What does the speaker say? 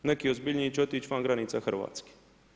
Neki ozbiljniji će otići van granica Hrvatske.